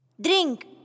Drink